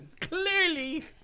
Clearly